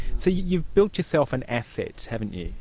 so you've built yourself an asset, haven't you.